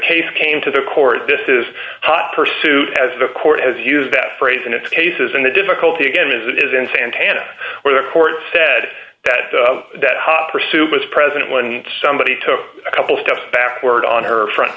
case came to the court this is a hot pursuit as the court has used that phrase in its cases and the difficulty again is it is in santana where the court said that that hot pursuit was present when somebody took a couple steps backward on her front